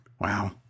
Wow